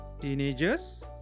Teenagers